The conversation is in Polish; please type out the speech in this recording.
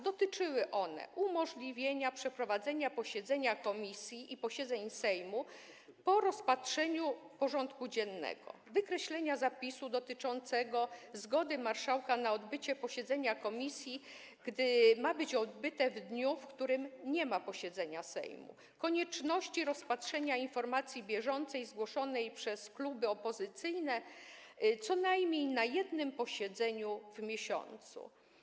Dotyczyły one umożliwienia przeprowadzenia posiedzeń komisji i posiedzeń Sejmu po rozpatrzeniu porządku dziennego, wykreślenia zapisu dotyczącego zgody marszałka na odbycie posiedzenia komisji, gdy ma być ono odbyte w dniu, w którym nie ma posiedzenia Sejmu, i konieczności rozpatrzenia informacji bieżącej zgłoszonej przez kluby opozycyjne co najmniej na jednym posiedzeniu w miesiącu.